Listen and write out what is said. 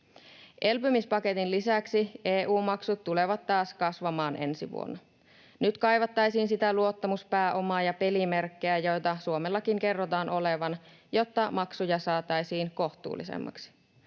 Elpymispaketin lisäksi EU-maksut tulevat taas kasvamaan ensi vuonna. Nyt kaivattaisiin sitä luottamuspääomaa ja pelimerkkejä, joita Suomellakin kerrotaan olevan, jotta maksuja saataisiin kohtuullisemmiksi.